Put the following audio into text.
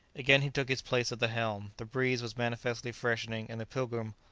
again he took his place at the helm. the breeze was manifestly freshening, and the pilgrim,